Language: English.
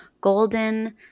golden